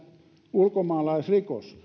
ulkomaalaisrikos